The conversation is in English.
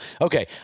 okay